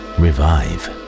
revive